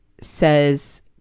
says